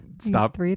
Stop